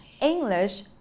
English